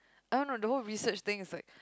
I don't know the whole research thing is like